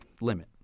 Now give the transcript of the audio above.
limit